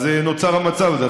אז נוצר המצב הזה.